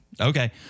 Okay